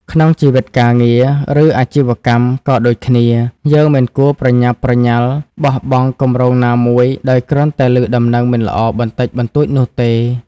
ក្នុងជីវិតការងារ ឬអាជីវកម្មក៏ដូចគ្នា យើងមិនគួរប្រញាប់ប្រញាល់បោះបង់គម្រោងណាមួយ ដោយគ្រាន់តែឮដំណឹងមិនល្អបន្តិចបន្តួចនោះទេ។